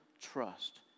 trust